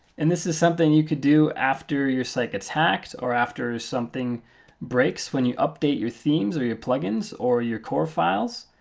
and this is something you could do after your site gets hacked or after something breaks. when you update your themes or your plugins or your core files,